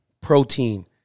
protein